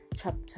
chapter